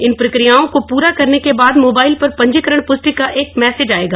इन प्रक्रियों को पूरा करने के बाद मोबाइल पर पंजीकरण पुष्टि का एक मैसेज आयेगा